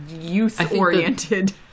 youth-oriented